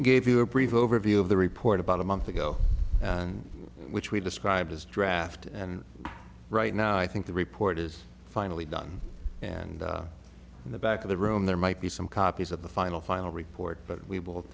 gave you a brief overview of the report about a month ago and which we described as a draft and right now i think the report is finally done and in the back of the room there might be some copies of the final final report but we